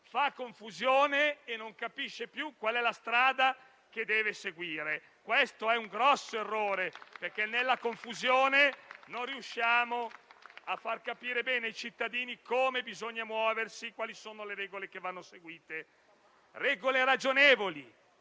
fa confusione e non capisce più qual è la strada che deve seguire. Questo è un grosso errore, perché nella confusione non riusciamo a far capire bene ai cittadini come bisogna muoversi e quali regole vanno seguite. Servono regole ragionevoli